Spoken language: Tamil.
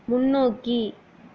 முன்னோக்கி